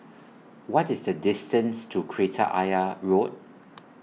What IS The distance to Kreta Ayer Road